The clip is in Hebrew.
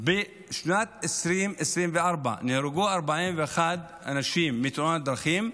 בשנת 2024 נהרגו 41 אנשים בתאונות דרכים,